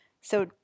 So-